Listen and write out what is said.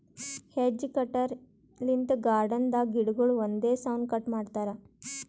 hedge cutter ಲಿಂತ್ garden ದಾಗ್ ಗಿಡಗೊಳ್ ಒಂದೇ ಸೌನ್ ಕಟ್ ಮಾಡ್ತಾರಾ